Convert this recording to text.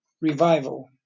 revival